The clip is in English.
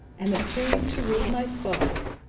and appearing to read my thoughts,